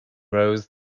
rows